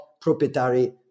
proprietary